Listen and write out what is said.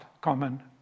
common